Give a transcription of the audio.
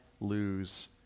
Lose